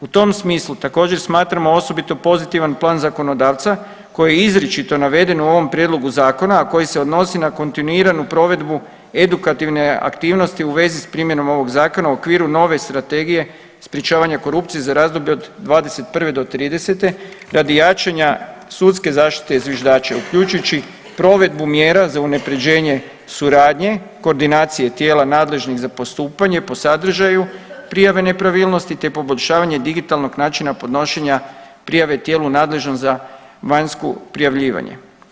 U tom smislu također smatramo osobito pozitivan plan zakonodavca koji je izričito naveden u ovom prijedlogu zakona, a koji se odnosi na kontinuiranu provedbu edukativne aktivnosti u vezi s primjenom ovog zakona u okviru nove strategije sprječavanja korupcije za razdoblje od '21. do '30. radi jačanja sudske zaštite zviždača uključujući provedbu mjera za unaprjeđenje suradnje koordinacije tijela nadležnih za postupanje po sadržaju, prijave nepravilnosti, te poboljšavanja digitalnog načina podnošenja prijave tijelu nadležnom za vanjsku prijavljivanje.